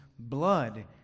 Blood